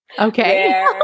Okay